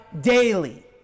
daily